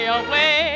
away